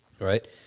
right